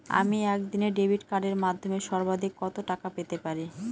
আমি একদিনে ডেবিট কার্ডের মাধ্যমে সর্বাধিক কত টাকা পেতে পারি?